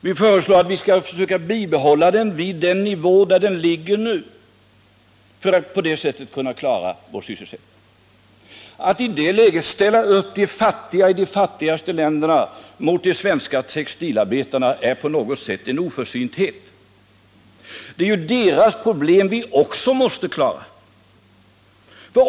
Vi föreslår att vi skall försöka bibehålla den vid nuvarande nivå, för att kunna klara vår sysselsättning. Att i det läget ställa upp de fattiga i de fattigaste länderna mot de svenska textilarbetarna är på något sätt en oförsynthet. Det är ju deras problem vi också måste klara.